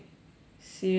seriously